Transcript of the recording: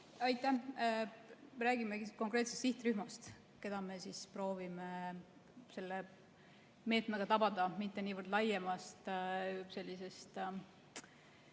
Aitäh! Me räägimegi konkreetsest sihtrühmast, keda me proovime selle meetmega tabada, mitte niivõrd laiemast laenuvõtmise